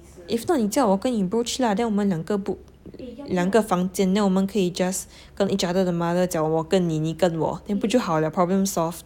if not 你叫我跟 in broach lah then 我们两个 book 两个房间那我们可以 just 跟 each other 的 mother 讲我跟你你跟我 then 你不就好了 problem solved